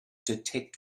detect